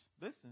listen